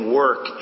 work